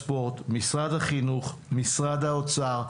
לפני 10 שנים באולם ספורט חדש בראשון לציון,